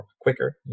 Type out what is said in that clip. quicker